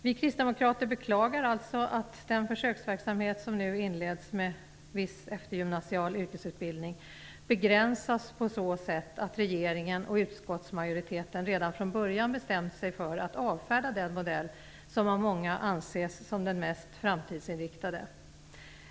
Vi kristdemokrater beklagar alltså att den försöksverksamhet med viss eftergymnasial yrkesutbildning som nu inleds begränsas på så sätt att regeringen och utskottsmajoriteten redan från början bestämt sig för att avfärda den modell som av många anses som den mest framtidsinriktade.